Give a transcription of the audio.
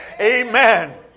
Amen